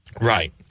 Right